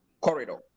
Corridor